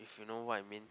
you know what I mean